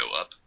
up